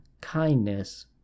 kindness